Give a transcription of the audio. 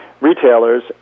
retailers